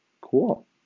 Cool